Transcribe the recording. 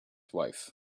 wife